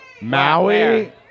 Maui